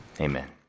Amen